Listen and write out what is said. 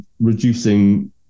reducing